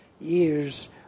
years